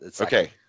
okay